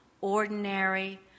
ordinary